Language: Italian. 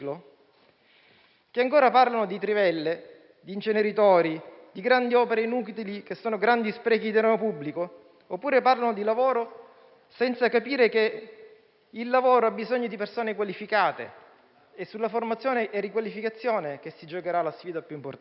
- ancora parlano di trivelle, inceneritori e grandi opere inutili (che sono grandi sprechi di denaro pubblico) oppure di lavoro, senza capire che ha bisogno di persone qualificate - è su formazione e riqualificazione che si giocherà la sfida più importante